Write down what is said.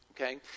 okay